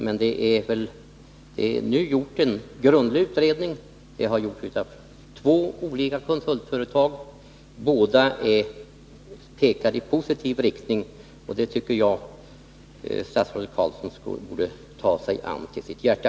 Men nu har det gjorts en grundlig utredning av två olika konsultföretag. Båda pekar i positiv riktning. Det tycker jag att statsrådet Roine Carlsson borde ta till sitt hjärta.